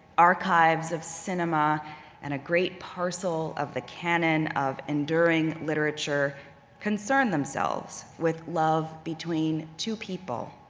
archives of cinema and a great parcel of the cannon of enduring literature concern themselves with love between two people.